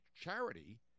charity